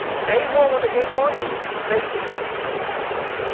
they want when the game launches playstation gamers are the ones playing it